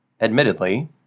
Admittedly